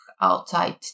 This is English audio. outside